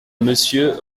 monsieur